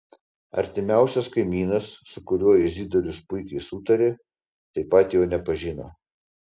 artimiausias kaimynas su kuriuo izidorius puikiai sutarė taip pat jo nepažino